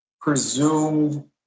presumed